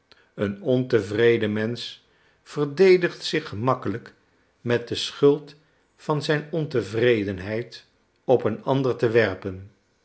een ontevreden mensch verdedigt zich gemakkelijk met de schuld van zijn ontevredenheid op een ander te werpen